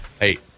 Hey